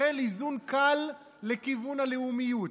החל איזון קל לכיוון הלאומיות: